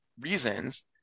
reasons